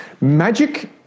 magic